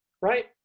right